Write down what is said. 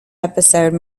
episode